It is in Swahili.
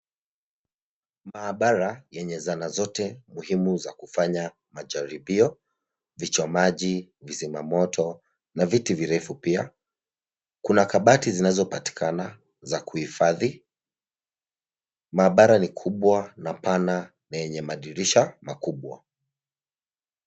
Maabara yenye zana zote muhimu za kufanya majaribio, vichomaji, vizimamoto na viti virefu pia. Kuna kabati zinazopatikana za kuhifadhi. Maabara ni kubwa na pana, na yenye madirisha makubwa.